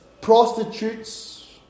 prostitutes